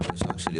התשל"ג